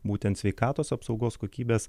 būtent sveikatos apsaugos kokybės